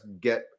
get